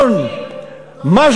מלמד אותנו על גזענות?